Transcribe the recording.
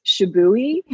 Shibui